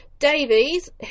Davies